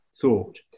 thought